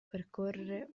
percorrere